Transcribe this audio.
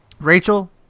Rachel